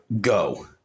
go